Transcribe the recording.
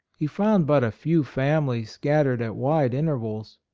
he found but a few families, scattered at wide intervals.